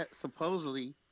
supposedly